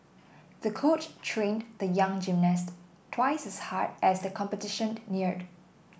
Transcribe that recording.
the coach trained the young gymnast twice as hard as the competition neared